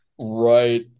Right